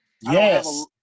Yes